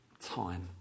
time